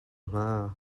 hna